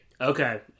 Okay